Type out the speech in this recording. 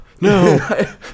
No